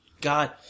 God